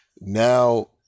now